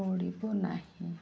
ପଡ଼ିବ ନାହିଁ